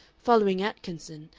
following atkinson,